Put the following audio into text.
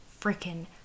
freaking